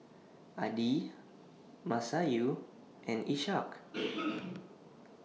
Adi Masayu and Ishak